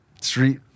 Street